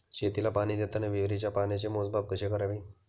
शेतीला पाणी देताना विहिरीच्या पाण्याचे मोजमाप कसे करावे?